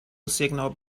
signal